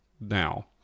now